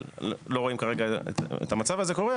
אבל לא רואים כרגע את המצב הזה קורה.